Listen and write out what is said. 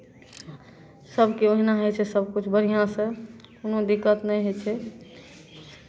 सभके ओहिना होइ छै सभकिछु बढ़िआँसँ कोनो दिक्कत नहि होइ छै